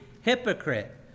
hypocrite